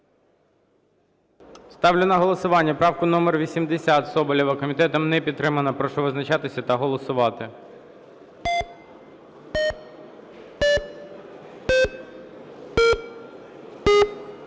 Ставлю на голосування правку номер 80 Соболєва. Комітетом не підтримана. Прошу визначатися та голосувати.